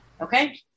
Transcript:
Okay